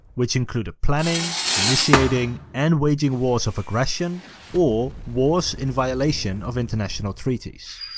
which included planning, initiating, and waging wars of aggression or wars in violation of international treaties.